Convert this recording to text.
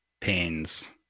pains